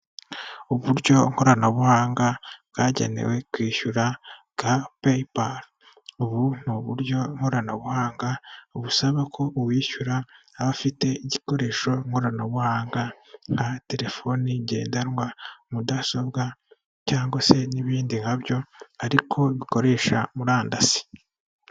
Uburyo ikoranabuhanga bwagenewe kwishyura bwa peyipali, ubu ni uburyo nkoranabuhanga busaba ko uwishyura aba afite igikoresho nkoranabuhanga nka; telefoni ngendanwa, mudasobwa cyangwa se n'ibindi nkabyo ariko bikoresha murandasi.